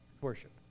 Worship